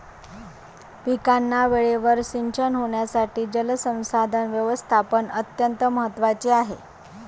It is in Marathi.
पिकांना वेळेवर सिंचन होण्यासाठी जलसंसाधन व्यवस्थापन अत्यंत महत्त्वाचे आहे